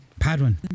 Padwin